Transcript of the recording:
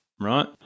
right